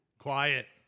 Quiet